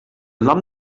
nom